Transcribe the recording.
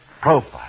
Profile